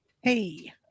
hey